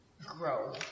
grow